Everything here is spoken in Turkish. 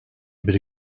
biri